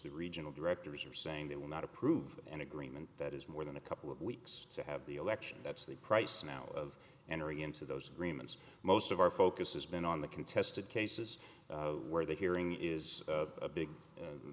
the regional directors are saying they will not approve an agreement that is more than a couple of weeks to have the election that's the price now of entering into those agreements most of our focus has been on the contested cases where the hearing is a big